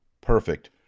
perfect